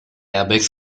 airbags